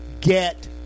get